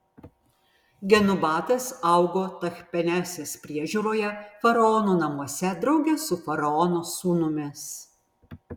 genubatas augo tachpenesės priežiūroje faraono namuose drauge su faraono sūnumis